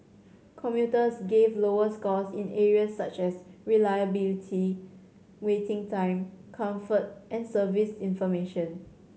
commuters gave lower scores in areas such as reliability waiting time comfort and service information